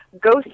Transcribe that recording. ghost